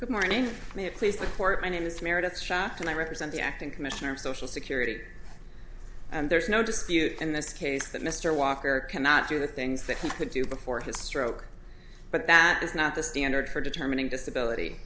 good morning me a place the court my name is meredith shaft and i represent the acting commissioner of social security and there is no dispute in this case that mr walker cannot do the things that he could do before his stroke but that is not the standard for determining disability